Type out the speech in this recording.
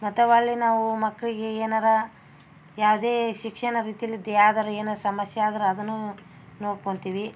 ಮತ್ತವ ಅಲ್ಲಿ ನಾವು ಮಕ್ಕಳಿಗೆ ಏನಾರ ಯಾವುದೇ ಶಿಕ್ಷಣ ರೀತಿಯಲ್ಲಿದ್ದ ಯಾವ್ದಾರ ಏನಾರ ಸಮಸ್ಯೆ ಆದ್ರೆ ಅದನ್ನು ನೋಡ್ಕೊತೀವಿ